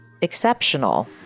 exceptional